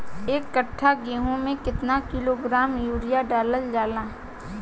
एक कट्टा गोहूँ में केतना किलोग्राम यूरिया डालल जाला?